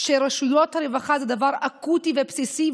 שרשויות הרווחה זה דבר אקוטי ובסיסי,